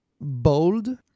bold